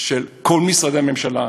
של כל משרדי הממשלה.